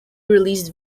released